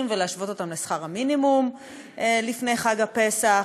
ולהשוות אותן לשכר המינימום לפני חג הפסח.